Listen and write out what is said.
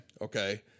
Okay